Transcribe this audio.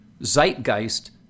zeitgeist